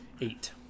Eight